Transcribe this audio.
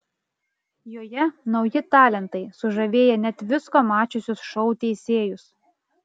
joje nauji talentai sužavėję net visko mačiusius šou teisėjus